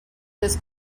this